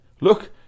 look